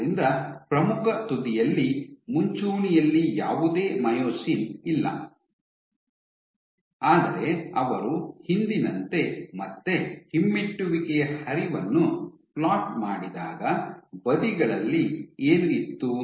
ಆದ್ದರಿಂದ ಪ್ರಮುಖ ತುದಿಯಲ್ಲಿ ಮುಂಚೂಣಿಯಲ್ಲಿ ಯಾವುದೇ ಮಯೋಸಿನ್ ಇಲ್ಲ ಆದರೆ ಅವರು ಹಿಂದಿನಂತೆ ಮತ್ತೆ ಹಿಮ್ಮೆಟ್ಟುವಿಕೆಯ ಹರಿವನ್ನು ಫ್ಲೋಟ್ ಮಾಡಿದಾಗ ಬದಿಗಳಲ್ಲಿ ಏನು ಇತ್ತು